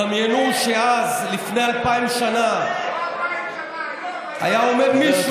דמיינו שאז, לפני אלפיים שנה, בוגד, בוגד,